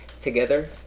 together